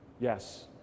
yes